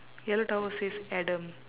yellow towel says adam